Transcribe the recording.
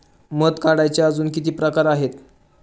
मध काढायचे अजून किती प्रकार आहेत?